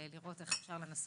ולראות כיצד ניתן